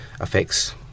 affects